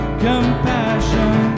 compassion